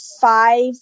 five